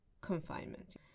confinement